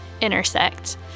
intersect